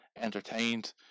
entertained